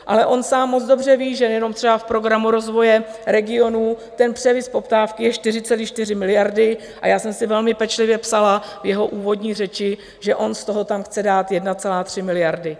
Ale on sám moc dobře ví, že jenom třeba v programu rozvoje regionů ten převis poptávky je 4,4 miliardy, a já jsem si velmi pečlivě psala v jeho úvodní řeči, že on z toho tam chce dát 1,3 miliardy.